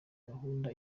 gahunda